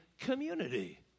community